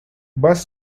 bus